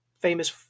famous